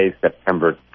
September